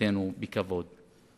ליצור מקומות עבודה חדשים ולבלום את האבטלה